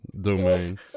domain